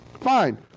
fine